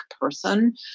person